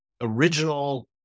original